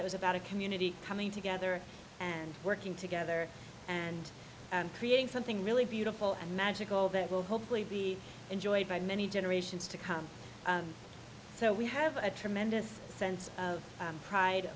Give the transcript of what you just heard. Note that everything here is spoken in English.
that was about a community coming together and working together and creating something really beautiful and magical that will hopefully be enjoyed by many generations to come so we have a tremendous sense of pride